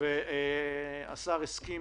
השר הסכים